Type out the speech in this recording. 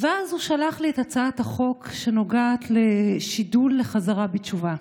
ואז הוא שלח לי את הצעת החוק שנוגעת לשידול לחזרה בתשובה.